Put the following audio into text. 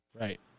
Right